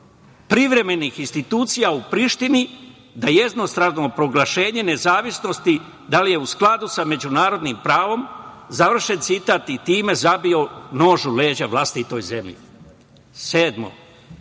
privremenih institucija u Prištini da jednostrano proglašenje nezavisnosti, da li je u skladu sa međunarodnim pravom“, završen citat i time zabio nož u leđa vlastitoj zemlji. Sedmo,